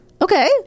Okay